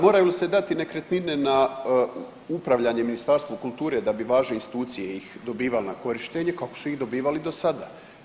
Moraju li se dati nekretnina na upravljanje Ministarstvu kulture da bi važne institucije ih dobivale na korištenje, kako su ih dobivali do sada?